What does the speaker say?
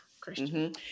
Christian